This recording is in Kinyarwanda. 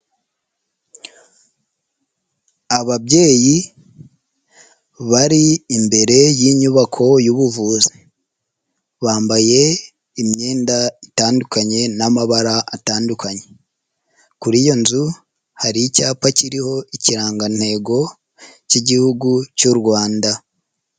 Ababyeyi bari imbere y'inyubako y'ubuvuzi, bambaye imyenda itandukanye n'amabara atandukanye .Kuri iyo nzu hari icyapa kiriho ikirangantego k'Igihugu cy'u Rwanda.